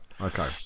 Okay